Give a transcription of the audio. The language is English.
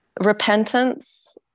repentance